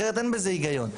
אחרת אין בזה היגיון.